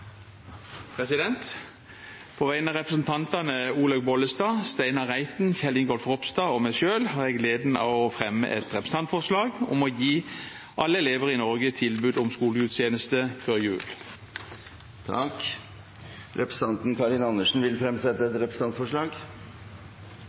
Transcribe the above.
På vegne av representantene Olaug V. Bollestad, Steinar Reiten, Kjell Ingolf Ropstad og meg selv har jeg gleden av å fremme et representantforslag om å gi alle elever i Norge tilbud om skolegudstjeneste før jul. Representanten Karin Andersen vil fremsette